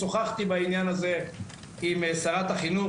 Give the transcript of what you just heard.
שוחחתי בעניין הזה עם שרת החינוך,